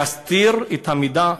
להסתיר את המידע?